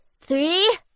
Three